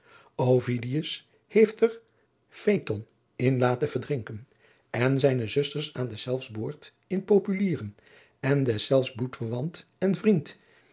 heeft er phaeton in laten verdrinken en zijne zusters aan deszelfs boord in populieren en deszelfs bloedverwant en vriend